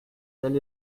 tel